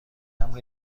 مبر